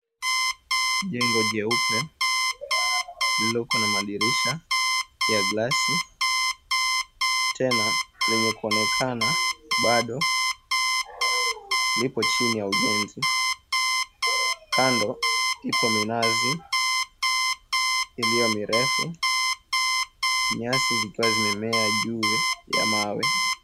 Jengo jeupe lililoko na madirisha ya glasi ,tena lenye kuonekana bado lipo chini ya ujenzi. Kando ipo minazi iliyo mirefu, nyasi zikiwa zimemea juu ya mawe.